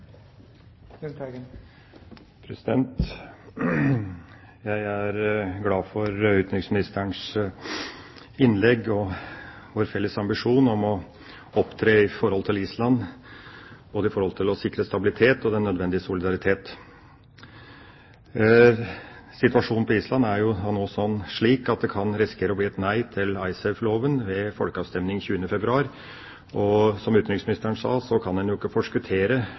og vår felles ambisjon om å opptre overfor Island slik at det sikrer både stabilitet og den nødvendige solidaritet. Situasjonen på Island er nå slik at man kan risikere at det blir et nei til Icesave-loven ved folkeavstemningen 20. februar. Som utenriksministeren sa, kan en ikke forskuttere